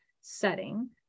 setting